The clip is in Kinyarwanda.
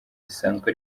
zisanzwe